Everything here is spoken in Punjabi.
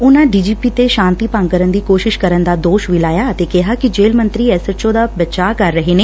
ਉਨੂਾਂ ਡੀ ਪੀ ਪੀ ਤੇ ਸ਼ਾਂਤੀ ਭੰਗ ਕਰਨ ਦੀ ਕੋਸ਼ਿਸ਼ ਕਰਨ ਦਾ ਦੋਸ਼ ਵੀ ਲਾਇਆ ਅਤੇ ਕਿਹਾ ਕਿ ਜੇਲ੍ਹ ਮੰਤਰੀ ਐਸ ਐਚ ਓ ਦਾ ਬਚਾਅ ਕਰ ਰਹੇ ਨੇ